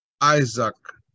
Isaac